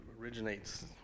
originates